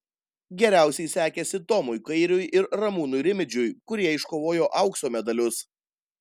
geriausiai sekėsi tomui kairiui ir ramūnui rimidžiui kurie iškovojo aukso medalius